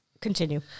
Continue